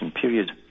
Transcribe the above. period